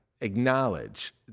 acknowledge